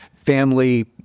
Family